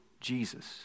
Jesus